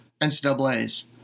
NCAA's